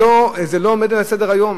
זה לא עומד אצלם על סדר-היום.